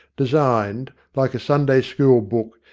designed, like a sunday school book,